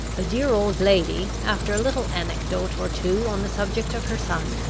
the dear old lady, after a little anecdote or two on the subject of her son,